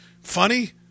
funny